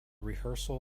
rehearsal